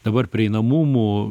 dabar prieinamumų